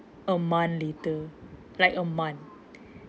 a month later like a month